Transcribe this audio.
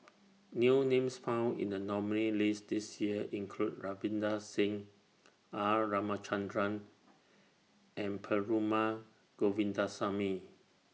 New Names found in The nominees' list This Year include Ravinder Singh R Ramachandran and Perumal Govindaswamy